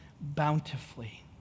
bountifully